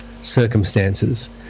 circumstances